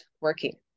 working